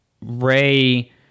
Ray